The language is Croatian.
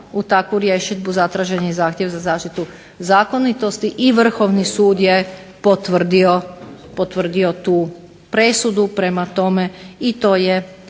u takvu rješidbu zatražen je zahtjev za zaštitu zakonitosti i Vrhovni sud je potvrdio tu presudu prema tome to je